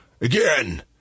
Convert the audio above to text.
again